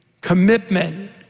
commitment